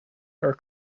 her